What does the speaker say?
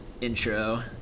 intro